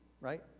Right